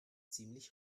ziemlich